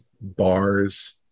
bars